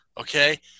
Okay